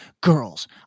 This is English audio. girls